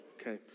Okay